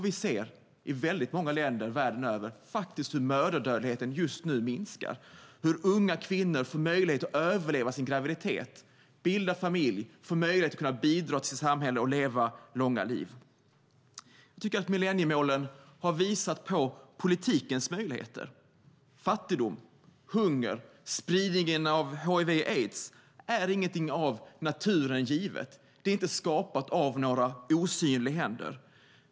Vi ser i väldigt många länder världen över hur mödradödligheten just nu minskar, hur unga kvinnor får möjlighet att överleva sin graviditet, bilda familj och få möjlighet att bidra till samhället och leva långa liv. Jag tycker att millenniemålen har visat på politikens möjligheter. Fattigdom, hunger och spridning av hiv/aids är ingenting av naturen givet. Det är inte skapat av några osynliga händer.